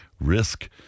risk